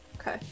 Okay